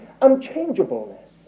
unchangeableness